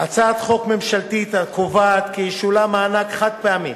הצעת חוק ממשלתית הקובעת כי ישולם מענק חד-פעמי